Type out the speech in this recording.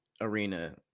arena